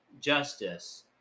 justice